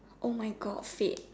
oh my God fate